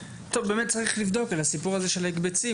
צריך לבדוק את הסיפור של ההקבצים,